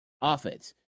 offense